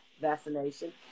vaccination